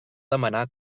demanar